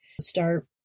start